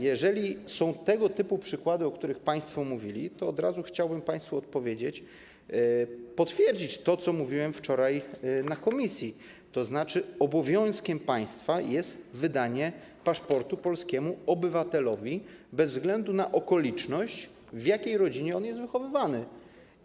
Jeżeli są tego typu przykłady, o których państwo mówili, to od razu chciałbym państwu odpowiedzieć, potwierdzić to, co mówiłem wczoraj na posiedzeniu komisji, że obowiązkiem państwa jest wydanie paszportu polskiemu obywatelowi bez względu na okoliczność, w jakiej on jest wychowywany.